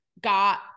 got